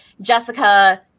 jessica